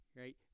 Right